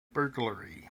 burglary